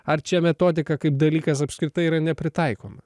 ar čia metodika kaip dalykas apskritai yra nepritaikoma